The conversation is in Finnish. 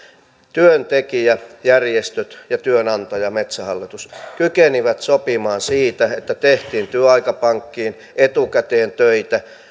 työntekijäjärjestöt ja työnantaja metsähallitus kykenivät sopimaan siitä että tehtiin työaikapankkiin etukäteen töitä